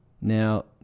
Now